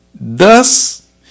Thus